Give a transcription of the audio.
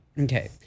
Okay